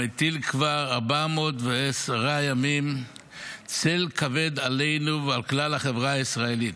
המטיל כבר 410 ימים צל כבד עלינו ועל כלל החברה הישראלית.